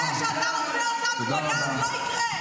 ירושלים מופיעה לראשונה ביהושע י', א',